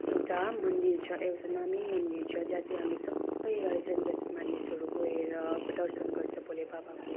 एउटा मन्दिर छ एउटा नामी मन्दिर छ जहाँ चाहिँ हामी सबै एघार जनजाति मानिसहरू गएर दर्शन गर्छ भोले बाबाको